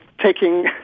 taking